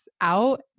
out